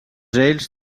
ells